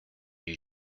new